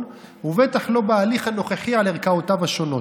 ובטח לא בהליך הנוכחי על ערכאותיו השונות.